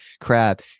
crab